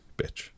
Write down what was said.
bitch